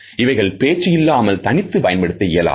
இவைகள் பேச்சு இல்லாமல் தனித்து பயன்படுத்த இயலாது